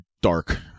dark